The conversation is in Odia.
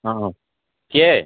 ହଁ କିଏ